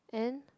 and